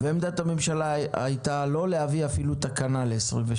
ועמדת הממשלה הייתה לא להביא אפילו תקנה ל-2022.